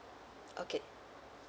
okay